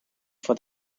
for